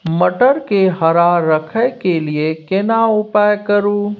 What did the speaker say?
मटर के हरा रखय के लिए केना उपाय करू?